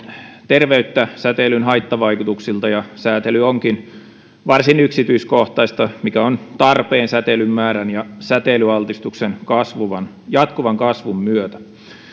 terveyttä säteilyn haittavaikutuksilta ja säätely onkin varsin yksityiskohtaista mikä on tarpeen säteilyn määrän ja säteilyaltistuksen jatkuvan kasvun myötä